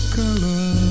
color